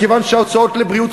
מכיוון שההוצאות לבריאות,